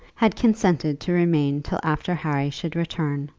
had consented to remain till after harry should return,